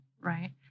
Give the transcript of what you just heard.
Right